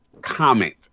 comment